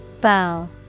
Bow